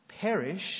perish